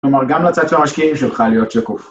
‫כלומר, גם לצד של המשקיעים ‫שלך להיות שקוף.